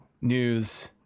news